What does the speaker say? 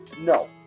no